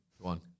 one